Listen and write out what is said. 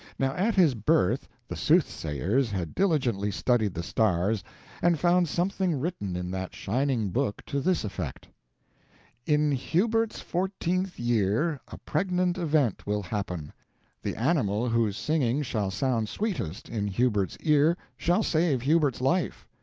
now at his birth the soothsayers had diligently studied the stars and found something written in that shining book to this effect in hubert's fourteenth year a pregnant event will happen the animal whose singing shall sound sweetest in hubert's ear shall save hubert's life.